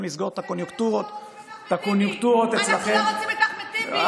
לסגור את הקוניונקטורות אצלכם ------ אנחנו לא רוצים את אחמד טיבי,